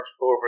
over